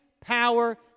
power